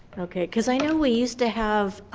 okay, cause i know we used to have